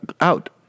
out